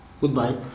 goodbye